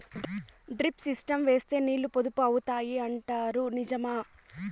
Drip system వేస్తే నీళ్లు పొదుపు అవుతాయి అంటారు నిజమా?